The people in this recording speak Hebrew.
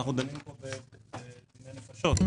ואנחנו דנים פה בדיני נפשות.